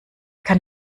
kann